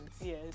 Yes